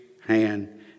hand